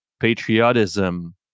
patriotism